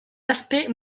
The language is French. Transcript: aspect